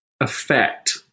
effect